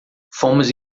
fomos